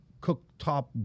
cooktop